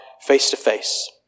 face-to-face